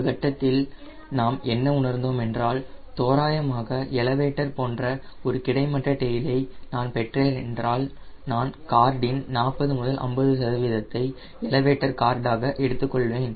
ஒரு கட்டத்தில் நாம் என்ன உணர்ந்தோம் என்றால் தோராயமாக எலவேட்டர் போன்ற ஒரு கிடைமட்ட டெயிலை நான் பெற்றேன் என்றால் நான் கார்டின் 40 முதல் 50 சதவீதத்தை எலவேட்டர் கார்டாக எடுத்துக்கொள்வேன்